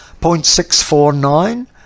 0.649